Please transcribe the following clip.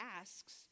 asks